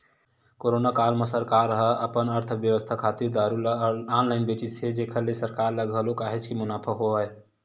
corona काल म सरकार ह अपन अर्थबेवस्था खातिर दारू ल ऑनलाइन बेचिस हे जेखर ले सरकार ल घलो काहेच के मुनाफा होय हवय